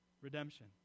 Redemption